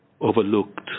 overlooked